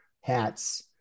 hats